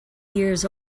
years